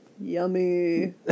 yummy